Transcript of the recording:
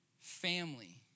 family